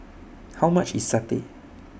How much IS Satay